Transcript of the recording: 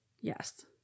Yes